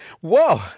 whoa